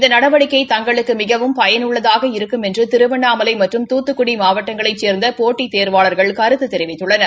இந்த நடவடிக்கை தங்களுக்கு மிகவும் பயனுள்ளதாக இருக்கும் என்று திருவண்ணாமலை மற்றும் தூத்துக்குடி மாவட்டங்களைச் சேர்ந்த போட்டித் தேர்வாளர்கள் கருத்து தெரிவித்துள்ளனர்